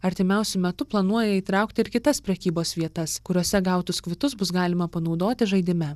artimiausiu metu planuoja įtraukti ir kitas prekybos vietas kuriose gautus kvitus bus galima panaudoti žaidime